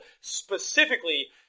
specifically